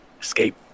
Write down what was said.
escape